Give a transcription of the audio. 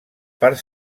part